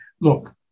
look